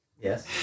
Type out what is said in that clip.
Yes